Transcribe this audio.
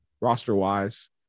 roster-wise